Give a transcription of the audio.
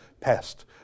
pest